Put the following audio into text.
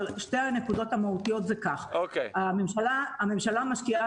אבל שתי הנקודות המהותיות זה כך: הממשלה משקיעה